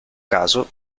caso